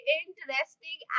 interesting